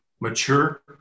mature